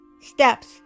steps